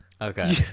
Okay